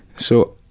so,